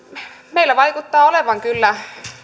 meillä vaikuttaa olevan kyllä